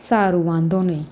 સારું વાંધો નહીં